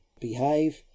behave